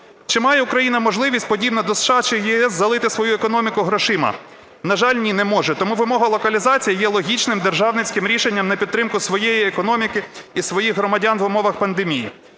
Чи має Україна можливість подібно до США чи ЄС залити свою економіку грошима? На жаль, ні, не може. Тому вимога локалізації є логічним державницьким рішенням на підтримку своєї економіки і своїх громадян в умовах пандемії.